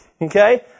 Okay